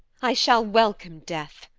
i shall welcome death,